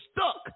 stuck